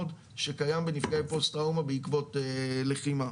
שקיים בנפגעי פוסט-טראומה בעקבות לחימה.